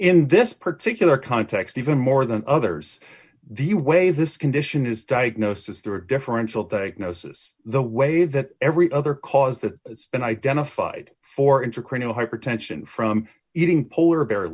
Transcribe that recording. in this particular context even more than others the way this condition is diagnosis there are differential diagnosis the way that every other cause that it's been identified for intracranial hypertension from eating polar bear